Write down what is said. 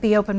be open